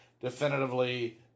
definitively